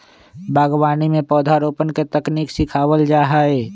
बागवानी में पौधरोपण के तकनीक सिखावल जा हई